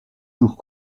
jours